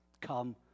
Come